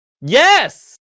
Yes